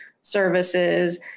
services